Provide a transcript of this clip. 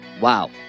Wow